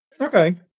Okay